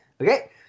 okay